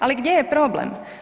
Ali gdje je problem?